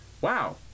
wow